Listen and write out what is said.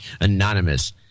Anonymous